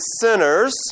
sinners